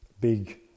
big